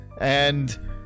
and-